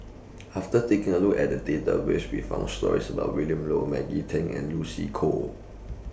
after taking A Look At The Database We found stories about Willin Low Maggie Teng and Lucy Koh